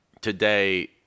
today